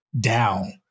down